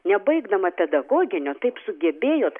nebaigdama pedagoginio taip sugebėjot